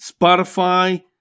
Spotify